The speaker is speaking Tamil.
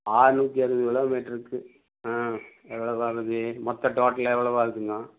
ஆற்நூத்தி அறுபது கிலோமீட்டருக்கு எவ்வளோ ஆகுது மொத்தம் டோட்டல் எவ்வளோ ஆகுதுங்க